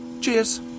Cheers